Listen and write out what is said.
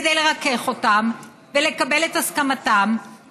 כדי לרכך אותם ולקבל את הסכמתם,